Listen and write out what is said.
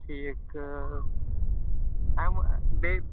ٹھیٖک تہٕ اَمہِ بیٚیہِ